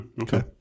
Okay